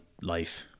life